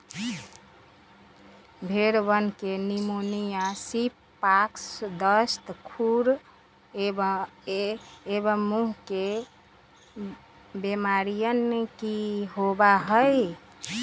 भेंड़वन के pneumonia, sheep pox, दस्त, खुर एवं मुँह के बेमारियन भी होबा हई